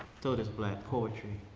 so does black poetry.